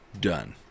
done